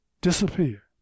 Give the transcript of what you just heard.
disappear